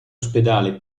ospedale